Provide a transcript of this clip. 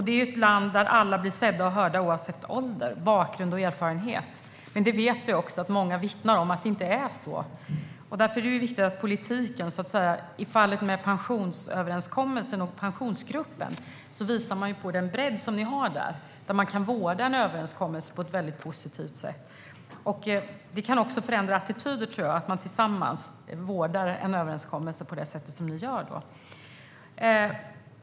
Det är ett land där alla blir sedda och hörda oavsett ålder, bakgrund och erfarenhet. Men vi vet att många vittnar om att det inte är så, och därför är politiken viktig. Fallet med pensionsöverenskommelsen och Pensionsgruppen visar på den bredd som finns, där man kan vårda en överenskommelse på ett positivt sätt. Det kan förändra attityder att man tillsammans vårdar en överenskommelse på det sätt som sker.